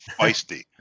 Feisty